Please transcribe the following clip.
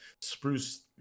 spruce